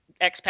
expat